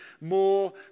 more